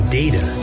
data